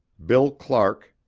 bill clark,